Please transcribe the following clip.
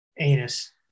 anus